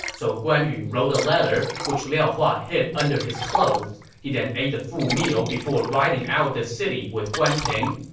so guan yu wrote a letter, which liao hua hid under his clothes. he then ate a full meal before riding out of the city with guan ping.